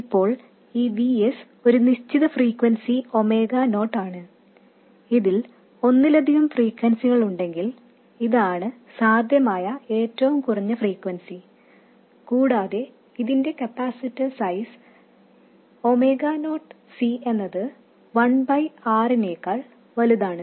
ഇപ്പോൾ ഈ Vs ഒരു നിശ്ചിത ഫ്രീക്വെൻസി ഒമേഗ നോട്ട് ആണ് ഇതിൽ ഒന്നിലധികം ഫ്രീക്വെൻസികളുണ്ടെങ്കിൽ ഇതാണ് സാധ്യമായ ഏറ്റവും കുറഞ്ഞ ഫ്രീക്വെൻസി കൂടാതെ ഇതിന്റെ capacitor size omega naught C എന്നത് 1 R നേക്കാൾ വലുതാണ്